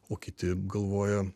o kiti galvoja